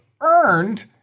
earned